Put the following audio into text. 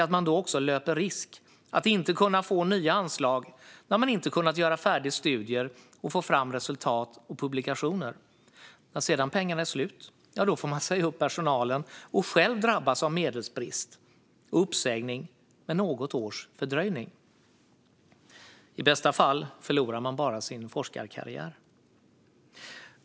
Det innebär att man löper risk att inte få nya anslag eftersom man inte har kunnat göra färdigt studier och få fram resultat och publikationer. När pengarna sedan är slut får man säga upp personalen och själv drabbas av medelsbrist och uppsägning med något års fördröjning. I bästa fall förlorar man bara sin forskarkarriär.